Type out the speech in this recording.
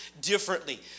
differently